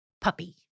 puppy